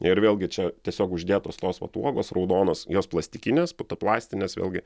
ir vėlgi čia tiesiog uždėtos tos vat uogos raudonos jos plastikinės putoplastinės vėlgi